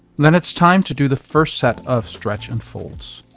then it's time to do the first set of stretch and folds,